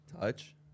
Touch